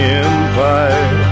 empire